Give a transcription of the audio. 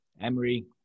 Emery